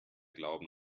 glauben